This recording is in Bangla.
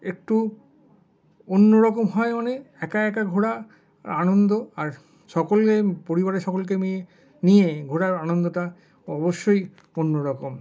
একটু অন্যরকম হয়ও নিই একা একা ঘোরার আনন্দ আর সকলে পরিবারের সকলকে নিয়ে ঘোরার আনন্দটা অবশ্যই অন্যরকম